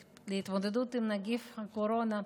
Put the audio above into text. להתמודדות עם נגיף הקורונה החדש.